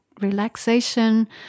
relaxation